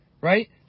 right